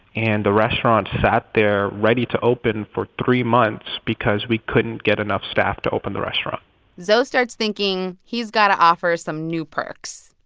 and the restaurant sat there ready to open for three months because we couldn't get enough staff to open the restaurant zo starts thinking he's got to offer some new perks.